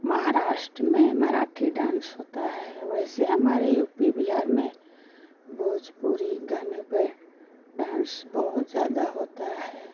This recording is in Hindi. महाराष्ट्र में मराठी डान्स होता है वैसे हमारे यू पी बिहार में भोजपुरी गाने पर डान्स बहुत ज़्यादा होता है